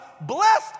blessed